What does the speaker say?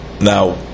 Now